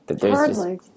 Hardly